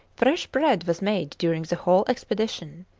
fresh bread was made during the whole expedition.